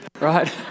right